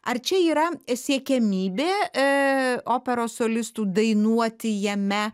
ar čia yra siekiamybė e operos solistų dainuoti jame